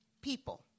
people